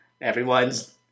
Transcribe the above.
everyone's